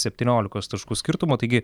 septyniolikos taškų skirtumu taigi